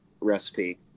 recipe